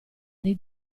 dei